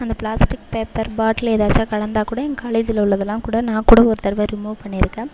அந்த plastic paper bottle ஏதாச்சும் கிடந்தா கூட என் காலேஜ்ஜில் உள்ளதெல்லாம் கூட நான் கூட ஒரு தடவை ரிமூவ் பண்ணியிருக்கேன்